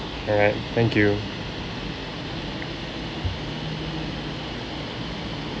all right thank you